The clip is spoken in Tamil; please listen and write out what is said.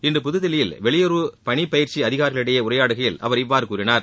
இன்று புதுதில்லியில் வெளியுறவு பணி பயிற்சி அதிகாரிகளிடையே உரையாடுகையில் அவர் இவ்வாறு கூறினாார்